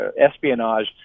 espionage